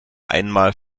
einmal